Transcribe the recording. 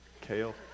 Kale